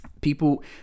People